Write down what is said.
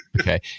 okay